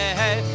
hey